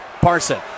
Parson